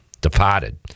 departed